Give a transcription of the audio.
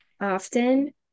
often